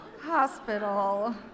Hospital